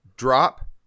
Drop